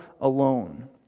alone